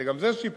שגם זה שיפור,